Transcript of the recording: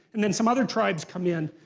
and then some other tribes come in.